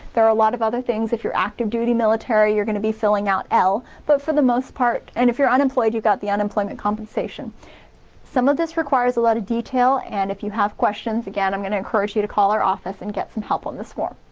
there are a lot of other things if you're active duty military, you're gonna be filling out l, but for the most part and if you're unemployed you got the unemployment compensation some of this requires a lot of detail and if you have questions, again, i'm gonna encourage you to call our office and get some help on this form.